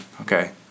okay